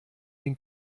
den